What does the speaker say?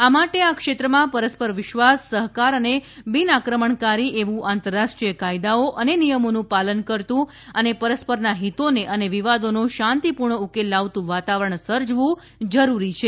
આ માટે આ ક્ષેત્રમાં પરસ્પર વિશ્વાસ સહકાર અને બિનઆક્રમણકારી એવું આંતરરાષ્ટ્રીય કાયદાઓ અને નિયમોનું પાલન કરતું અને પરસ્પરના હિતોને અને વિવાદો નો શાંતિ પૂર્ણ ઉકેલ લાવતું વાતાવરણ સર્જવું જરૂરી છે